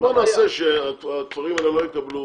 אז בוא נעשה שהכפרים האלה לא יקבלו